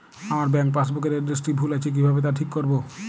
আমার bank passbook এর এড্রেসটি ভুল আছে কিভাবে তা ঠিক করবো?